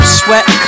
sweat